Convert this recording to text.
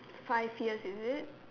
five years is it